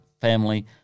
family